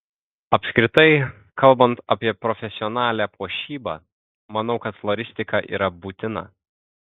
apskritai kalbant apie profesionalią puošybą manau kad floristika yra būtina